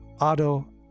Otto